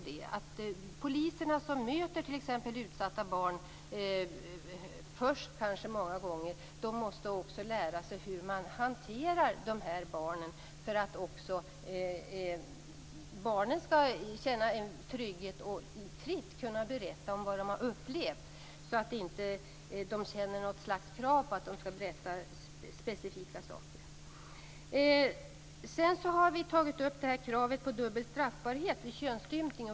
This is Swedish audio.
De poliser som möter utsatta barn - många gånger först - måste lära sig hur dessa barn hanteras för att också barnen skall känna sig trygga att fritt berätta vad de har upplevt. De skall inte känna krav på att berätta vissa specifika saker. Vi har tagit upp kravet på dubbel straffbarhet vid könsstympning.